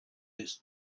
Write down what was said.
its